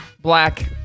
Black